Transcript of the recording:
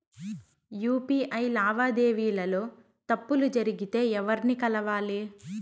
UPI లావాదేవీల లో తప్పులు జరిగితే ఎవర్ని కలవాలి?